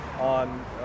on